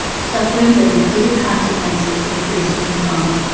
suffering the repeated consequences of racism trauma,